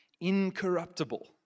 incorruptible